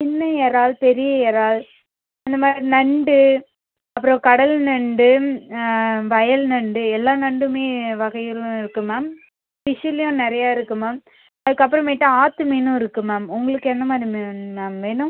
சின்ன இறால் பெரிய இறால் அந்த மாதிரி நண்டு அப்புறோம் கடல் நண்டு வயல் நண்டு எல்லா நண்டுமே வகைகளும் இருக்குது மேம் ஃபிஷ்ஷுலையும் நிறையா இருக்குது மேம் அதுக்கப்புறமேட்டு ஆத்து மீனும் இருக்குது மேம் உங்களுக்கு எந்த மாதிரி மீன் மேம் வேணும்